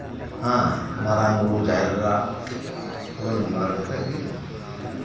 ᱦᱮᱸ ᱢᱟᱨᱟᱝᱵᱩᱨᱩ ᱡᱟᱦᱮᱨ ᱮᱨᱟ ᱩᱱᱠᱩ ᱧᱩᱢ ᱵᱟᱲᱟ ᱠᱟᱛᱮᱜ ᱜᱮ